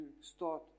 start